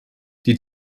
die